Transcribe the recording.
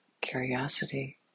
curiosity